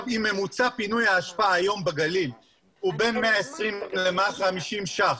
אם ממוצע פינוי האשפה היום בגליל הוא בין 120-150 ₪